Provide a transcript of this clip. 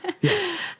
Yes